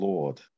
Lord